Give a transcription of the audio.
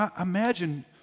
imagine